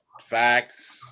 Facts